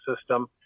system